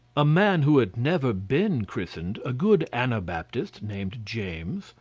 a man who had never been christened, a good anabaptist, named james,